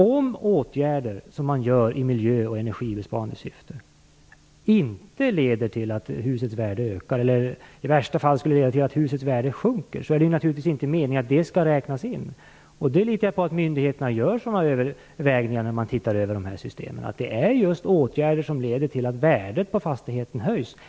Om åtgärder som man gör i miljö och energibesparande syfte inte leder till att husets värde ökar, eller i värsta fall skulle leda till att husets värde sjunker, är det naturligtvis inte meningen att de skall räknas in. Jag litar på att myndigheterna gör sådana övervägningar när man tittar över systemen. Det skall vara åtgärder som leder till att värdet på fastigheten höjs.